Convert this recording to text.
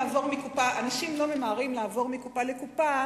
אנשים לא ממהרים לעבור מקופה לקופה,